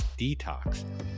detox